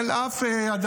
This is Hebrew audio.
כולם מסכימים שזה נחוץ.